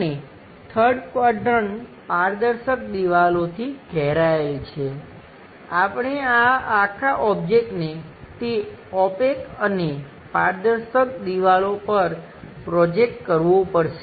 અને 3rd quadrant પારદર્શક દિવાલોથી ઘેરાયેલ છે આપણે આ આખાં ઓબ્જેક્ટને તે ઓપેક અને પારદર્શક દિવાલો પર પ્રોજેક્ટ કરવો પડશે